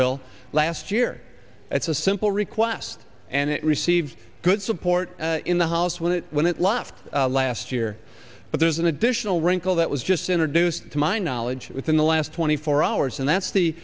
bill last year it's a simple request and it receives good support in the house when it when it left last year but there's an additional wrinkle that was just introduced to my knowledge within the last twenty four hours and that's the